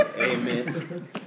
Amen